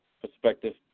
perspective